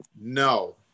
No